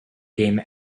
game